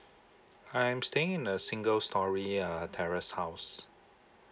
I'm staying in a single story uh terrace house